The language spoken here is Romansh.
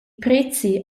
prezi